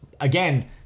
again